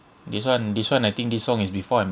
this [one] this [one] I think this song is before I'm